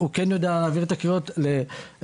מד"א כן יודע להעביר את הקריאות לעמותות